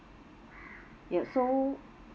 yes so